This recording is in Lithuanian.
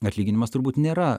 atlyginimas turbūt nėra